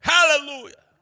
Hallelujah